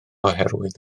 oherwydd